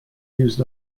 used